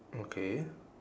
okay